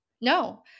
no